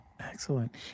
Excellent